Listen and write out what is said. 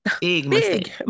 Big